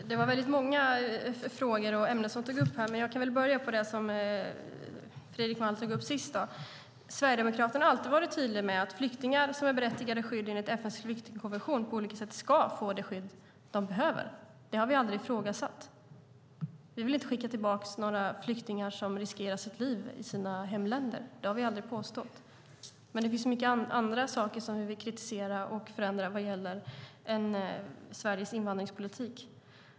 Herr talman! Det var väldigt många frågor och ämnen som togs upp här. Jag kan börja med det som Fredrik Malm tog upp sist. Sverigedemokraterna har alltid varit tydliga med att flyktingar som är berättigade till skydd enligt FN:s flyktingkonvention på olika sätt ska få det skydd de behöver. Det har vi aldrig ifrågasatt. Vi vill inte skicka tillbaka några flyktingar som riskerar sitt liv i sina hemländer. Det har vi aldrig påstått. Det finns mycket andra saker som vi vill kritisera och förändra vad gäller Sveriges invandringspolitik.